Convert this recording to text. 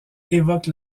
évoque